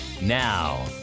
Now